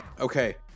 okay